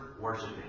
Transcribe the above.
worshiping